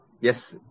Yes